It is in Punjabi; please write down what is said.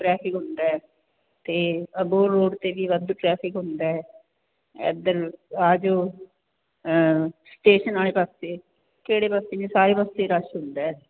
ਮਤਲਵ ਟਰੈਫਿਕ ਹੁੰਦਾ ਤੇ ਅਬੋਰ ਰੋਡ ਤੇ ਵੀ ਵਾਧੂ ਟਰੈਫਿਕ ਹੁੰਦਾ ਇਧਰ ਆਜੋ ਸਟੇਸ਼ਨ ਵਾਲੇ ਪਾਸੇ ਕਿਹੜੇ ਪਾਸੇ ਸਾਰੇ ਪਾਸੇ ਰਸ਼ ਹੁੰਦਾ